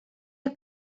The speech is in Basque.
ere